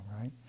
right